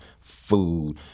food